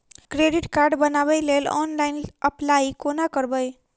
Credit card बनाबै लेल online apply कोना करबै?